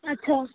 আচ্ছা